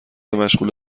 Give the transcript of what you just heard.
مشغوله